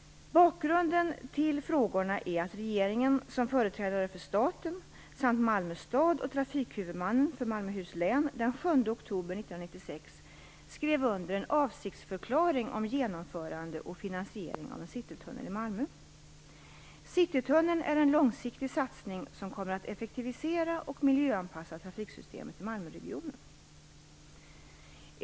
Bakgrunden till frågorna är att regeringen som företrädare för staten samt Malmö stad och trafikhuvudmannen för Malmöhus län den 7 oktober 1996 Citytunneln är en långsiktig satsning som kommer att effektivisera och miljöanpassa trafiksystemet i Malmöregionen.